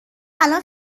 الان